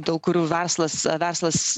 dėl kurių verslas verslas